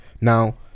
Now